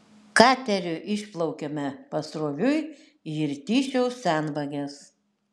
kateriu išplaukėme pasroviui į irtyšiaus senvages